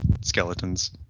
skeletons